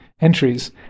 entries